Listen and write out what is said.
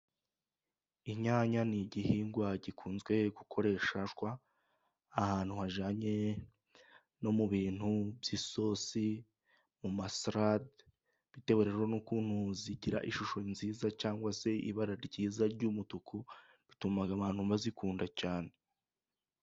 Inyanya ni igihingwa gikunzwe gukoreshwa ahantu hajyanye no mu bintu byisosi, mu masarade, bitewe rero n'ukuntu zigira ishusho nziza cyangwa se ibara ryiza ry'umutuku, bituma abantu bazikunda cyane.